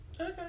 Okay